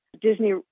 Disney